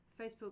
Facebook